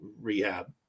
rehab